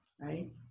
right